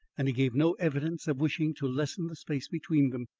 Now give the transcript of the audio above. and he gave no evidence of wishing to lessen the space between them,